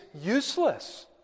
useless